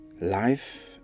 Life